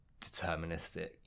deterministic